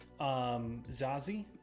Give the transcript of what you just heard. zazie